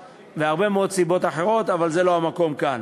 והרבה מאוד סיבות אחרות, אבל זה לא המקום כאן.